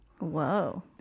Whoa